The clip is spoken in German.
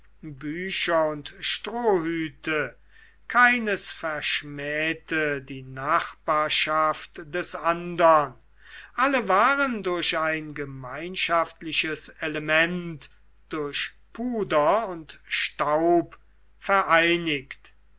bücher und strohhüte keines verschmähte die nachbarschaft des andern alle waren durch ein gemeinschaftliches element durch puder und staub vereinigt